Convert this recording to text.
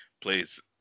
please